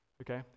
okay